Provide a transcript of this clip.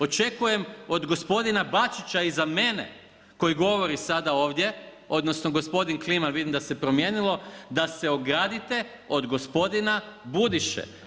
Očekujem od gospodina Bačića iza mene koji govori sada ovdje odnosno gospodin Kliman vidim da se promijenilo, da se ogradite od gospodina Budiše.